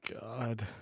god